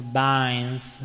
binds